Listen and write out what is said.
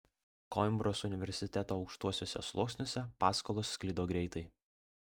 koimbros universiteto aukštuosiuose sluoksniuose paskalos sklido greitai